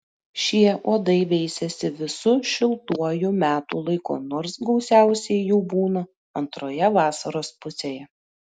šie uodai veisiasi visu šiltuoju metų laiku nors gausiausiai jų būna antroje vasaros pusėje